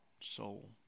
soul